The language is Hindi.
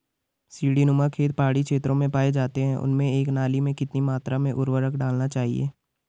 सीड़ी नुमा खेत पहाड़ी क्षेत्रों में पाए जाते हैं उनमें एक नाली में कितनी मात्रा में उर्वरक डालना चाहिए?